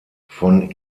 von